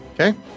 Okay